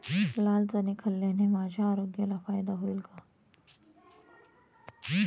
लाल चणे खाल्ल्याने माझ्या आरोग्याला फायदा होईल का?